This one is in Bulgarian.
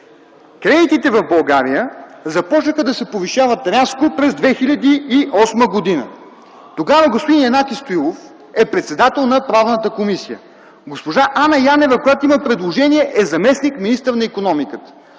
Кредитите в България започнаха да се повишават рязко през 2008 г. Тогава господин Янаки Стоилов беше председател на Правната комисия. Госпожа Анна Янева, която има предложение, бе заместник-министър на икономиката.